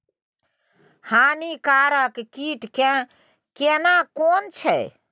हानिकारक कीट केना कोन छै?